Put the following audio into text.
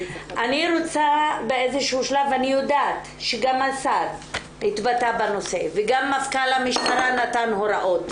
אני יודעת שגם השר התבטא בנושא וגם מפכ"ל המשטרה נתן הוראות,